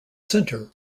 center